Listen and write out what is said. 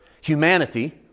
Humanity